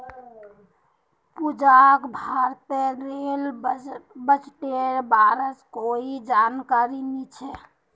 पूजाक भारतेर रेल बजटेर बारेत कोई जानकारी नी छ